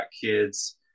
kids